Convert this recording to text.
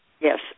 yes